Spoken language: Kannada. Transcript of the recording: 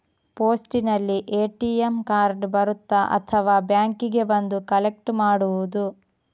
ಪೋಸ್ಟಿನಲ್ಲಿ ಎ.ಟಿ.ಎಂ ಕಾರ್ಡ್ ಬರುತ್ತಾ ಅಥವಾ ಬ್ಯಾಂಕಿಗೆ ಬಂದು ಕಲೆಕ್ಟ್ ಮಾಡುವುದು?